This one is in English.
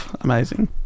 Amazing